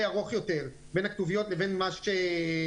ארוך יותר בין הכתוביות לבין מה שנאמר,